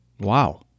wow